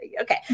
Okay